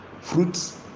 fruits